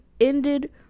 ended